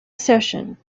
session